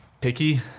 Picky